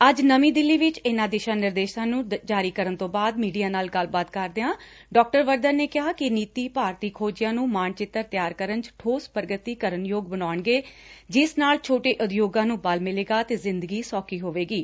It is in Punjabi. ਅੱਜ ਨਵੀਂ ਦਿੱਲੀ ਵਿਚ ਏਨਾਂ ਦਿਸ਼ਾ ਨਿਰਦੇਸ਼ਾਂ ਨੂੰ ਜਾਰੀ ਕਰਨ ਤੋਂ ਬਾਅਦ ਮੀਡੀਆ ਨਾਲ ਗੱਲਬਾਤ ਕਰਦਿਆਂ ਡਾ ਵਰਧਨ ਨੇ ਕਿਹਾ ਕਿ ਇਹ ਨੀਤੀ ਭਾਰਤੀ ਖੋਂਜੀਆਂ ਨੰ ਮਾਣ ਚਿੱਤਰ ਤਿਆਰ ਕਰਨ ਦਾ ਠੋਸ ਪੁਗਤੀ ਕਰਨਯੋਗ ਯਣਾਉਣਗੇ ਜਿਸ ਨਾਲ ਛੋਟੇ ਉਦਯੋਗਾ ਨੰ ਬਲ ਮਿਲੇਗਾ ਤੇ ਜਿੰਦਗੀ ਸੌਖੀ ਹੋਵੇਗੀ